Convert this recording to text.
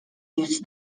each